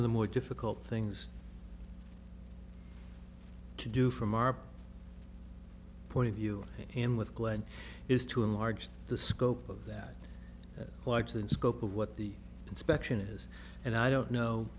of the more difficult things to do from our point of view and with glenn is to enlarge the scope of that plugs and scope of what the inspection is and i don't know